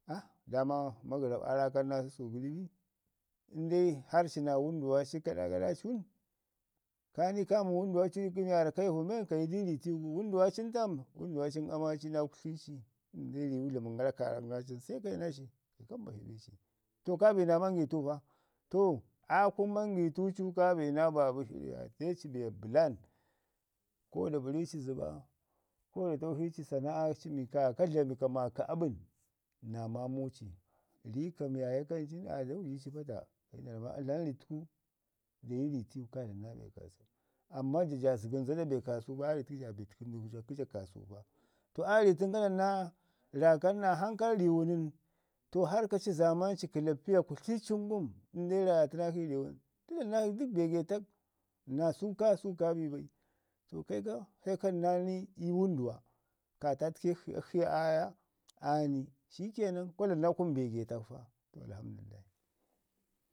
ah daaman magərak aa naaku rarkam naa səsu gəribi? ɘndai harr ci naa wənduwa ci kə gaɗa ci ngum, ka ni kami wənduwa ci waarra ka ivu men kayi di ri tiiwu gu, wən duma ci nən tam? wənduwa cin ana ci naa kutli ci. ɘnde riwu dlamən kaarak naa ci nən sai kayi naa ci kayi ka mbashi naa ci. To kaa bi naa mangitu po. To aa mangitu ci ka bi naa babu shirya te ci be bəlan. Ko da bari zəba, ko da tauchi sanda ci mi koyo ka dlami ka maaki abən. Ri kam yaaye kancin aa da wiyi ci pato, da ramu maa dlami ritku dayi ai tiwu kaa dlama naa be kaasau, amman ja ja zəgəm zada be kaasu bai ii rut ku to ari tən ka dlamu naa raakan naa hankal riwu nən, to har ka ci zaaman ci kəlappiyo. Kutli cin ngum əndai rayatu rəwun to dlamu nakshi dək be getak, naasu kaasu kamai bai. To kaika se kanna nii ii wənduwa, ka tatket shi, akshi ye aa ya aa ni. Shikenan kwa dlamu naakun be getak pa. To Alhamdulillah.